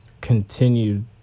continued